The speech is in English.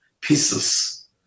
pieces